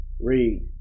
Read